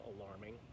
alarming